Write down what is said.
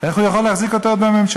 איך הוא יכול להחזיק אותו בממשלה?